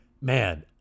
Man